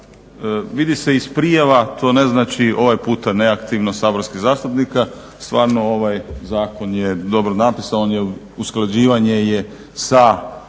vidi se iz prijava, to ne znači ovaj puta neaktivno saborskih zastupnika. Stvarno ovaj zakon je dobro napisan. On je usklađivanje sa